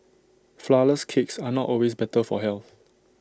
Flourless Cakes are not always better for health